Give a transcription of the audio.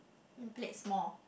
plate small